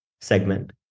segment